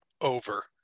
over